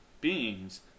beings